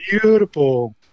beautiful